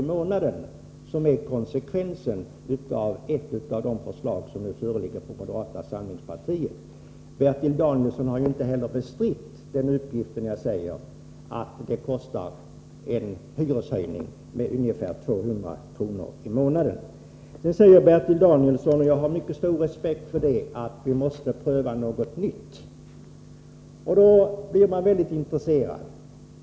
i månaden som blir konsekvensen av ett av de förslag som föreligger från moderata samlingspartiet. Bertil Danielsson har inte heller bestritt min uppgift om denna hyreshöjning med 200 kr. i månaden. Bertil Danielsson framhöll — och jag har mycket stor respekt för detta — att vi måste pröva något nytt. Då blir man väldigt intresserad.